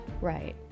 right